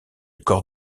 corps